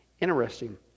interesting